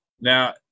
now